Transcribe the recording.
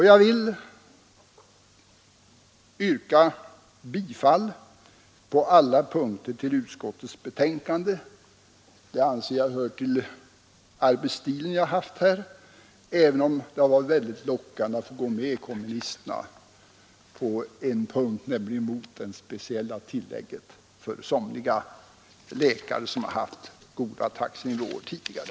Jag vill yrka bifall på alla punkter till utskottets hemställan — detta anser jag höra till den arbetsstil jag haft här, även om det hade varit lockande att gå med kommunisterna på en punkt, nämligen mot det speciella tillägget för somliga läkare, som har haft goda taxenivåer tidigare.